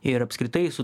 ir apskritai su